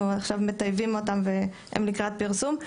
עכשיו מטייבים אותם והם לקראת פרסום.